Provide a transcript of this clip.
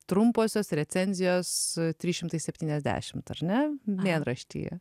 trumposios recenzijos trys šimtai septyniasdešimt ar ne mėnraštyje